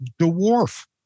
dwarf